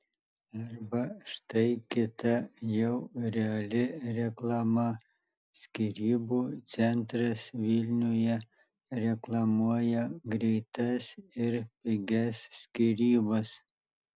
arba štai kita jau reali reklama skyrybų centras vilniuje reklamuoja greitas ir pigias skyrybas